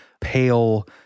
pale